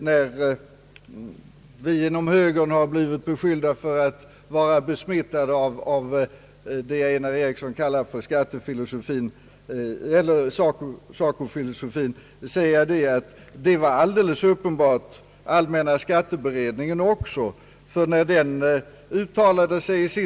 När vi inom högern blivit beskyllda för att vara besmittade av det som herr Einar Eriksson kallar för SACO-filosofin, vill jag säga att allmänna skatteberedningen också uppenbarligen var besmittad av en liknande filosofi.